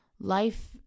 life